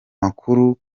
makuru